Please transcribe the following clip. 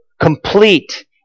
complete